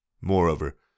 Moreover